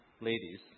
ladies